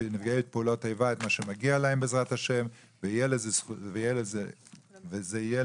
ונפגעי פעולות האיבה את מה שמגיע להם בעזרת ה' וזה יהיה